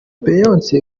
beyonce